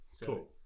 Cool